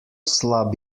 slab